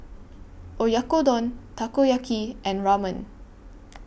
Oyakodon Takoyaki and Ramen